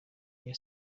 iya